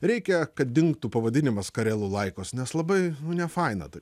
reikia kad dingtų pavadinimas karelų laikos nes labai nefaina ta